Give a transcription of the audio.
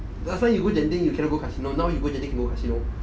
last time you go genting you cannot go casino now you go genting you go casino